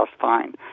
fine